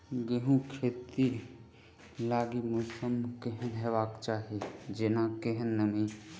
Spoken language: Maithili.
गेंहूँ खेती लागि मौसम केहन हेबाक चाहि जेना केहन नमी?